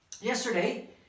Yesterday